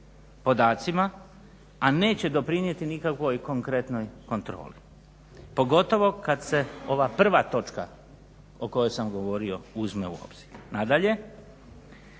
podacima, a neće doprinijeti nikakvoj konkretnoj kontroli pogotovo kad se ova prva točka o kojoj sam govorio uzme u obzir. Nadalje,